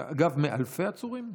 ואגב, מאלפי עצורים?